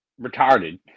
retarded